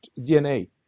dna